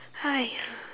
!haiya!